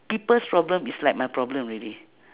people's problem is like my problem already